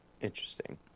interesting